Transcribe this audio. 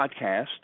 podcast